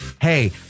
hey